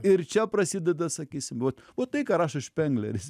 ir čia prasideda sakysim vat o tai ką rašo špengleris